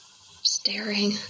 staring